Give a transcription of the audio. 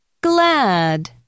Glad